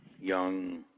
young